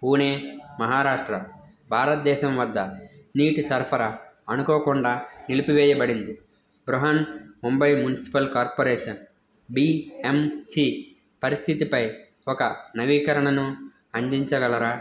పూణే మహారాష్ట్ర భారతదేశం వద్ద నీటి సరఫరా అనుకోకుండా నిలిపివేయబడింది Brihan Mumbai municipal corporation BMC పరిస్థితిపై ఒక నవీకరణను అందించగలరా